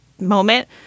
moment